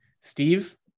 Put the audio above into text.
Steve